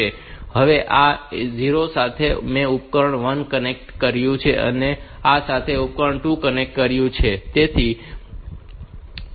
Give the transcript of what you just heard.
હવે આ 0 સાથે મેં ઉપકરણ 1 કનેક્ટ કર્યું છે આ સાથે મેં ઉપકરણ 2 ને કનેક્ટ કર્યું છે